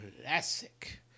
Classic